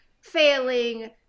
failing